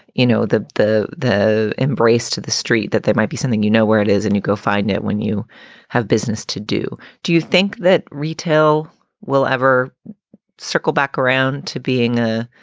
you know, the the embrace to the street that there might be something, you know, where it is and you go find it when you have business to do. do you think that retail will ever circle back around to being a,